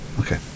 Okay